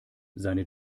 seine